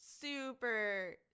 super